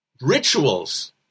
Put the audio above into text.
rituals